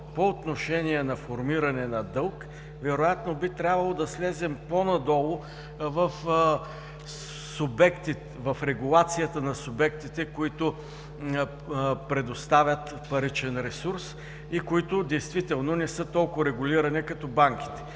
по отношение на формиране на дълг, вероятно би трябвало да слезем по-надолу в регулацията на субектите, които предоставят паричен ресурс и които действително не са толкова регулирани като банките.